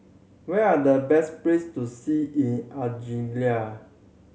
where are the best place to see in Algeria